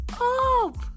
up